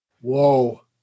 Whoa